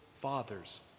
father's